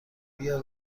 بیا